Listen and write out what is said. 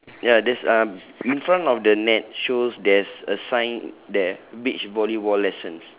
ya there's um in front of the net shows there's a sign there beach volleyball lessons